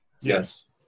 Yes